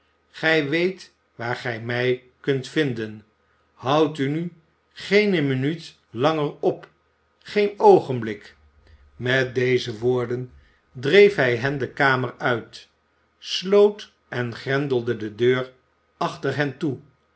gij weet waar gij mij kunt vinden houdt u nu geene minuut langer op geen oogenblik met deze woorden dreef hij hen de kamer uit sloot en grendelde de deur achter hen toe